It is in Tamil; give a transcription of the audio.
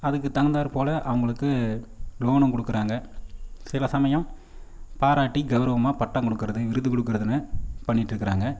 அதுக்கு தகுந்தாற்போல் அவங்களுக்கு லோனும் கொடுக்குறாங்க சில சமயம் பாராட்டி கவுரமாக பட்டம் கொடுக்குறது விருது கொடுக்குறதுன்னு பண்ணிட்ருக்கிறாங்க